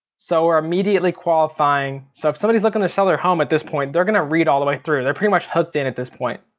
so you are immediately qualifying, so if somebody's looking to sell their home at this point they're gonna read all the way through. they're pretty much hooked in at this point.